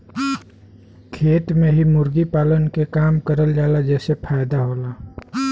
खेत में ही मुर्गी पालन के काम करल जाला जेसे फायदा होला